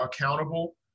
accountable